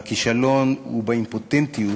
והכישלון הוא באימפוטנטיות